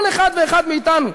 כל אחד ואחד מאתנו,